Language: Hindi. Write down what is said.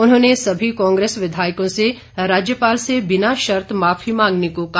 उन्होंने सभी कांग्रेस विधायकों से राज्यपाल से बिना शर्त माफी मांगने को कहा